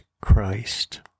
Christ